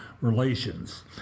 relations